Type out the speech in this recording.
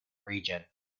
region